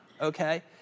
okay